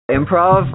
improv